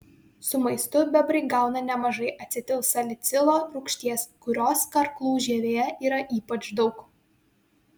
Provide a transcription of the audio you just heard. su maistu bebrai gauna nemažai acetilsalicilo rūgšties kurios karklų žievėje yra ypač daug